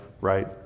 right